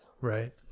Right